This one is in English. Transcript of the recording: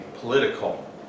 political